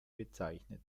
bezeichnet